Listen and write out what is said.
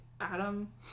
Adam